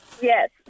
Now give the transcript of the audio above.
Yes